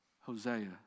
Hosea